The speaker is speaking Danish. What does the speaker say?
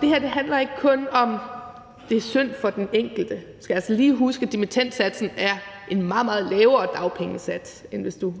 Det her handler ikke kun om, om det er synd for den enkelte. Vi skal altså lige huske, at dimittendsatsen er en meget, meget lavere dagpengesats, end hvis du